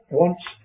wants